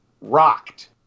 rocked